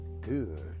Good